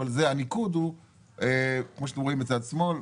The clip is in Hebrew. אבל הניקוד הוא כמו שאתם רואים בצד שמאל.